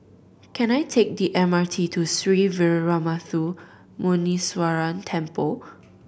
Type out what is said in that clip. can I take the M R T to Sree Veeramuthu Muneeswaran Temple